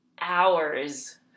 hours